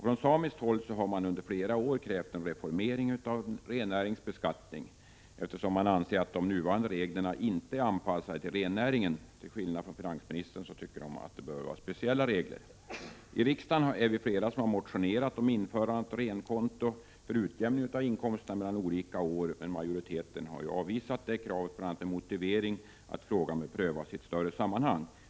Från samiskt håll har man under flera år krävt en reformering av rennäringens beskattning, eftersom man anser att nuvarande regler inte är anpassade till rennäringen. Till skillnad från finansministern anser samerna att det bör vara speciella regler. I riksdagen är vi flera som motionerat om införande av ett renkonto för utjämning av inkomsterna mellan olika år, men majoriteten har avvisat detta krav, bl.a. med motivering att frågan bör prövas i ett större sammanhang.